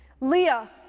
Leah